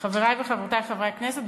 חברי וחברותי חברי הכנסת,